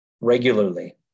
regularly